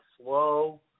slow